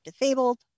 disabled